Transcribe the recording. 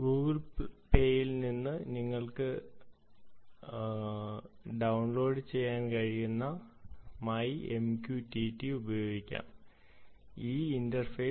ഗൂഗിൾപ്ലേയിൽ നിന്ന് നിങ്ങൾക്ക് ഡൌൺലോഡ് ചെയ്യാൻ കഴിയുന്ന My MQTT ഉപയോഗിക്കാം ഈ ഇന്റർഫേസ്